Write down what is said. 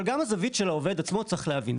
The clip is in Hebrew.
אבל גם הזווית של העובד עצמו צריך להבין.